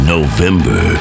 November